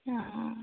অ